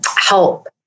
help